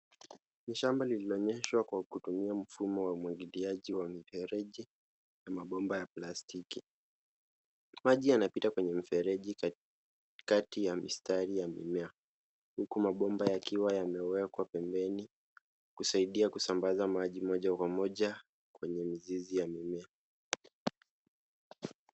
Ni shamba lililonyweshwa kwa kutumia mfumo wa umwagiliaji wa mifereji na mabomba ya plastiki. Maji yanapita kwenye mifereji kati ya mistari ya mimea huku mabomba yakiwa yamewekwa pembeni kusaidia kusambaza maji moja kwa moja kwenye mizizi ya mimea.